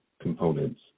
components